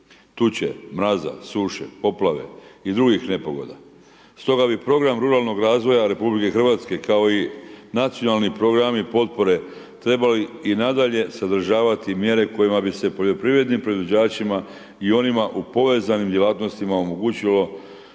tuče, mraza, suše, poplave i dr. nepogoda. Stoga bi program ruralnog razvoja RH kao i nacionalni programi potpore trebali i nadalje sadržavati mjere kojima bi se poljoprivrednim proizvođačima i onima u povezanim djelatnostima omogućilo